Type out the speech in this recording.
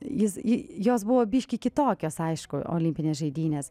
jis jos buvo biški kitokios aišku olimpinės žaidynės